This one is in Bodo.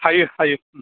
हायो हायो ओम